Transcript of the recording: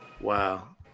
Wow